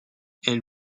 elle